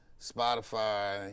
Spotify